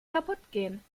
kaputtgehen